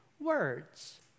words